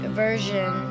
version